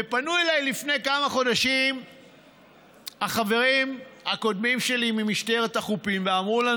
פנו אליי לפני כמה חודשים החברים הקודמים שלי ממשטרת החופים ואמרו: